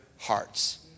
hearts